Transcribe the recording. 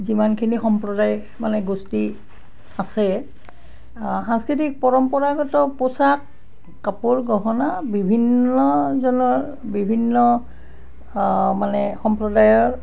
যিমানখিনি সম্প্ৰদায় মানে গোষ্ঠী আছে সাংস্কৃতিক পৰম্পৰাগত পোচাক কাপোৰ গহনা বিভিন্নজনৰ বিভিন্ন মানে সম্প্ৰদায়ৰ